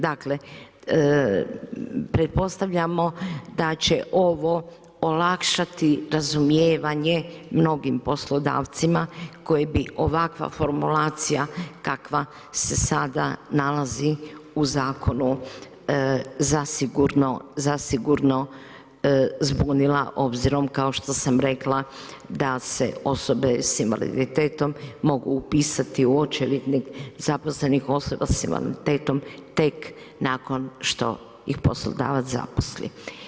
Dakle, pretpostavljamo da će ovo olakšati razumijevanje mnogim poslodavcima, kojim bi ovakva formulacija kakva se sada nalazi u zakonu zasigurno zbunila obzirom, kao što sam rekla, da se osobe s invaliditetom mogu upisati u očevidnik zaposlenih osoba s invaliditetom tek nakon što ih poslodavac zaposli.